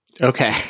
Okay